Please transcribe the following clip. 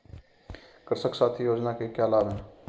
कृषक साथी योजना के क्या लाभ हैं?